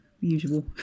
Usual